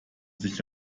sich